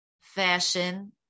fashion